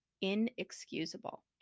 inexcusable